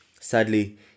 Sadly